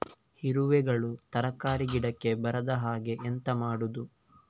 ಇರುವೆಗಳು ತರಕಾರಿ ಗಿಡಕ್ಕೆ ಬರದ ಹಾಗೆ ಎಂತ ಮಾಡುದು?